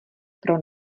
pro